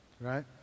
Right